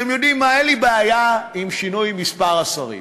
אתם יודעים מה, אין לי בעיה עם שינוי מספר השרים.